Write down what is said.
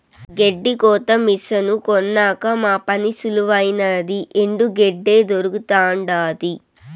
గెడ్డి కోత మిసను కొన్నాక మా పని సులువైనాది ఎండు గెడ్డే దొరకతండాది